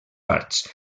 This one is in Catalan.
parts